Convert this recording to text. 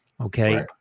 okay